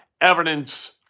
Evidence